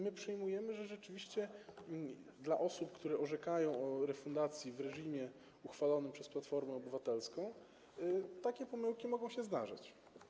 My przyjmujemy, że rzeczywiście osobom, które orzekają o refundacji w reżimie uchwalonym przez Platformą Obywatelską, takie pomyłki mogą się zdarzać.